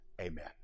amen